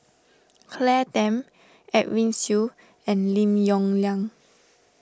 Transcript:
Claire Tham Edwin Siew and Lim Yong Liang